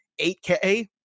8K